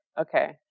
Okay